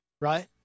right